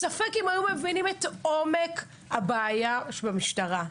ספק אם היו מבינים את עומק הבעיה שיש למשטרה.